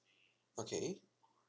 okay